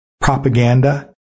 propaganda